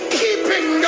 keeping